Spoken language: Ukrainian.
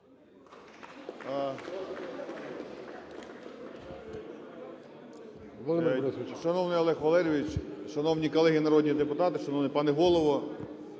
Шановний Олегу Валерійовичу, шановні колеги народні депутати, шановний пане Голово!